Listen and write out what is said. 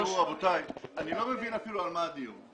רבותיי, אני לא מבין אפילו על מה הדיון.